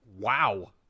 Wow